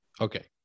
Okay